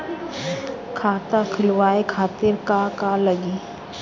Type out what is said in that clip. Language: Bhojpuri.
खाता खोलवाए खातिर का का लागी?